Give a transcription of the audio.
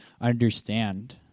understand